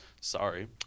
Sorry